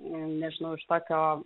nežinau iš tokio